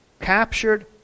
captured